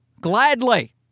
Gladly